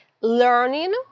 learning